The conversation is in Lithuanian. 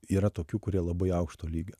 yra tokių kurie labai aukšto lygio